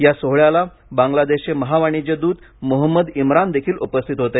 या सोहळ्याला बांगलादेशचे महावाणिज्य दूत मोहम्मद इम्रानदेखील उपस्थित होते